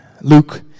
Luke